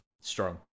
strong